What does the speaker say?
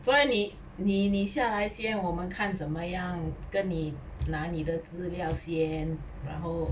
不然你你你下来先我们看怎么样跟你拿你的资料先然后